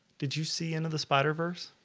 did you see into the spider-verse?